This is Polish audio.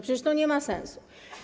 Przecież to nie ma sensu.